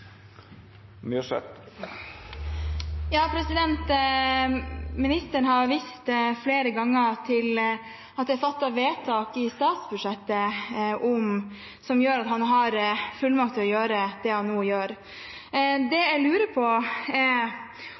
Myrseth – til oppfølgingsspørsmål. Ministeren har flere ganger vist til at det er fattet vedtak i statsbudsjettet som gir ham fullmakt til å gjøre det han nå gjør. Det jeg lurer på, er om ministeren kan vise til hvilket vedtak han mener er